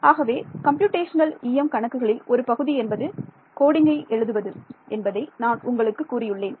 ஆகவே computational EM கணக்குகளில் ஒரு பகுதி என்பது கோடிங்கை எழுதுவது என்பதை நான் உங்களுக்கு கூறியுள்ளேன்